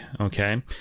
okay